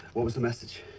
what was message?